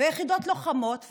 ויחידות לוחמות,